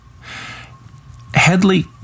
Headley